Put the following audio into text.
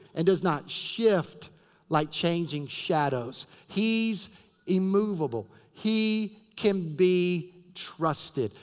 and does not shift like changing shadows he's immovable. he can be trusted.